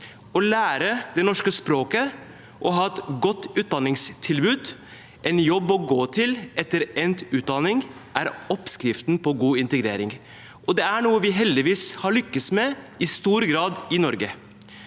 Å lære det norske språket og ha et godt utdanningstilbud og en jobb å gå til etter endt utdanning er oppskriften på god integrering, og det er noe vi heldigvis har lyktes med i stor grad i Norge.